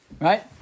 Right